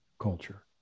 culture